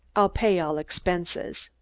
i'll pay all expenses.